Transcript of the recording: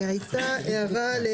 כשהוא בוחן את